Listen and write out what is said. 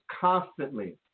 constantly